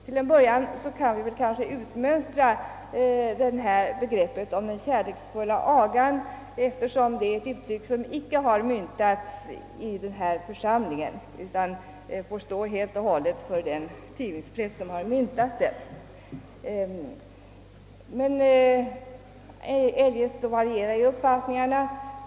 Till en början kanske vi kan utmönstra begreppet den kärleksfulla agan då detta uttryck inte har använts i denna församling, utan helt får stå för den press som har myntat det. Eljest varierar uppfattningarna.